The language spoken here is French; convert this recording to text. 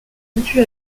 rompus